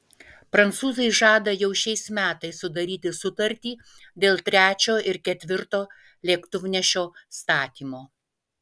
prancūzai žada jau šiais metais sudaryti sutartį dėl trečio ir ketvirto lėktuvnešio statymo